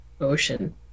Ocean